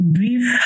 brief